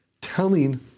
telling